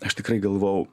aš tikrai galvojau